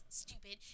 stupid